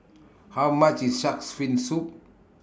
How much IS Shark's Fin Soup